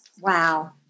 Wow